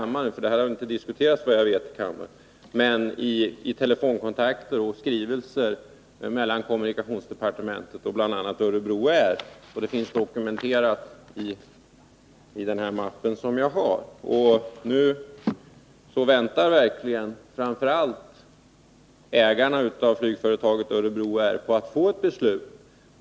Men inga beslut har kommit! Nu väntar verkligen framför allt ägarna av flygföretaget Örebro Air på att få ett beslut.